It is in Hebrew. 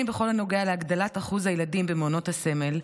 אם בכל הנוגע להגדלת אחוז הילדים במעונות הסמל,